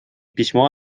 письмо